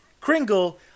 Kringle